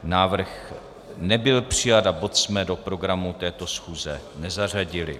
Návrh nebyl přijat a bod jsme do programu této schůze nezařadili.